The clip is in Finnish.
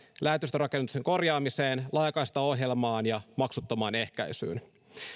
lähetystörakennusten korjaamiseen laajakaistaohjelmaan ja maksuttomaan ehkäisyyn